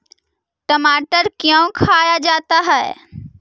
टमाटर क्यों खाया जाता है?